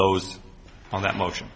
those on that motion